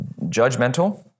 judgmental